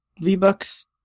V-Bucks